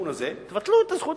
הטיעון הזה, תבטלו את זכות